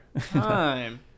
time